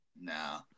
No